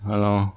!hannor!